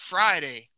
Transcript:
Friday